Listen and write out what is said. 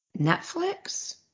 Netflix